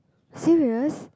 serious